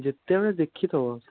ଯେତେବେଳେ ଦେଖିଦେବ